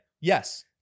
Yes